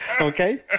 Okay